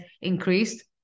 increased